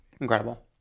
Incredible